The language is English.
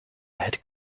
had